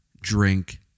drink